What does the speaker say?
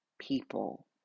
people